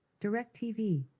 DirecTV